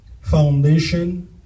foundation